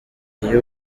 iyo